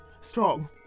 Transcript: Strong